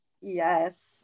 Yes